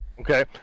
okay